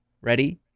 ready